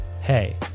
Hey